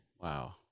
wow